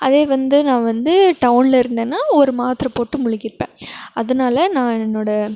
அதே வந்து நான் வந்து டவுனில் இருந்தேனால் ஒரு மாத்திர போட்டு விழிங்கிருப்பேன் அதனால நான் என்னோடய